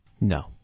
No